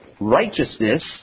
righteousness